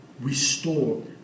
restore